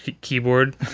keyboard